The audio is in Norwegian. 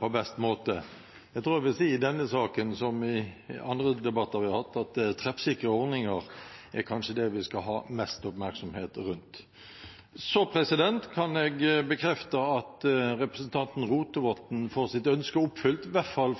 på best måte utløser det. Jeg tror jeg i denne saken, som i andre debatter vi har hatt, vil si at treffsikre ordninger kanskje er det vi skal ha mest oppmerksomhet rundt. Så kan jeg bekrefte at representanten Rotevatn får sitt ønske oppfylt – i hvert fall